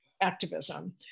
activism